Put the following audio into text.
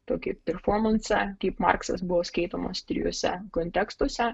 tokį performansą kaip marksas buvo skaitomas trijuose kontekstuose